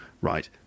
right